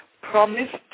promised